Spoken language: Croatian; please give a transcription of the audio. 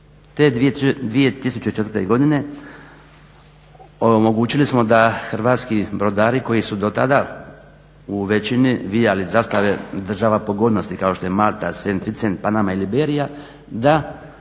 Te 2004.godine omogućili smo da hrvatski brodari koji su do tada u većini vijali zastave država pogodnosti kao što je Malta, Senfice, Panama i Liberija da se